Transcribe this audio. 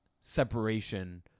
separation